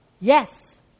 Yes